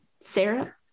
Sarah